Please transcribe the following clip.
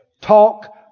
Talk